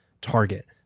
target